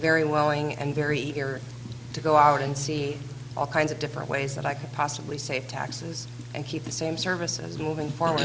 very willing and very eager to go out and see all kinds of different ways that i could possibly save taxes and keep the same services moving forward